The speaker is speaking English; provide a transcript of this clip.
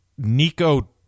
Nico